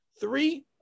Three